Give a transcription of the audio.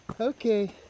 Okay